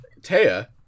Taya